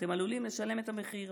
אתם עלולים לשלם את המחיר.